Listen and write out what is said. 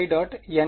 n